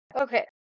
Okay